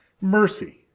Mercy